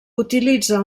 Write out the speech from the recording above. utilitza